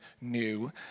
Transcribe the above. new